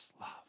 love